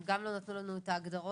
הם גם לא נתנו לנו את ההגדרות,